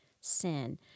sin